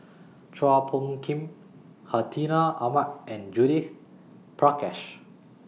Chua Phung Kim Hartinah Ahmad and Judith Prakash